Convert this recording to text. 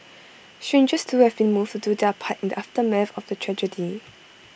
strangers too have been moved to do their part in the aftermath of the tragedy